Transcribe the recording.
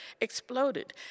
exploded